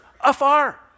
afar